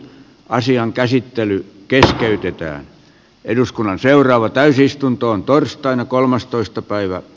asian käsittely keskeytetään eduskunnan seuraava täysistuntoon torstaina kolmastoista päivä